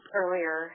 earlier